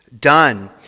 done